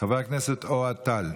חבר הכנסת אוהד טל,